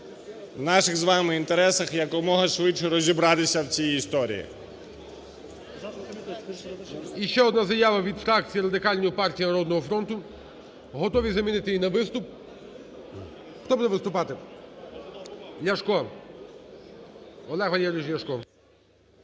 У наших з вами інтересах якомога швидше розібратися в цій історії. ГОЛОВУЮЧИЙ. І ще одна заява від фракції Радикальної партії і "Народного фронту". Готові замінити її на виступ. Хто буде виступати? Ляшко, Олег Валерійович Ляшко.